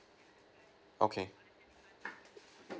okay